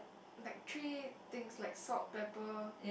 like three things like salt pepper